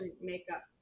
makeup